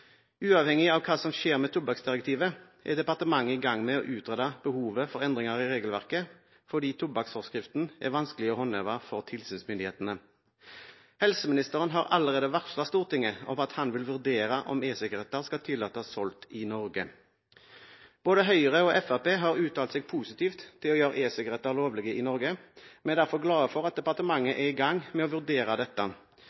Uavhengig av hva som skjer med tobakksdirektivet, er departementet i gang med å utrede behovet for endringer i regelverket, fordi tobakksforskriften er vanskelig å håndheve for tilsynsmyndighetene. Helseministeren har allerede varslet Stortinget om at han vil vurdere om e-sigaretter skal tillates solgt i Norge. Både Høyre og Fremskrittspartiet har uttalt seg positivt til å gjøre e-sigaretter lovlige i Norge. Vi er derfor glad for at departementet